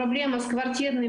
(מדברת ברוסית).